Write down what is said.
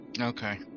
Okay